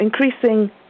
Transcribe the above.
increasing